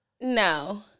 No